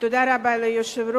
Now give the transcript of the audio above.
תודה רבה ליושב-ראש.